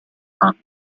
ampio